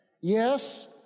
Yes